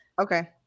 Okay